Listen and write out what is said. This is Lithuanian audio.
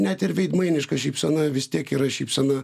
net ir veidmainiška šypsena vis tiek yra šypsena